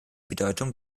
bedeutung